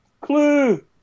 clue